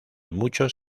muchos